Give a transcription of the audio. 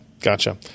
gotcha